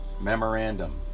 Memorandum